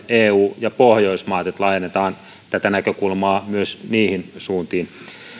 eu ja pohjoismaat laajennetaan tätä näkökulmaa myös niihin suuntiin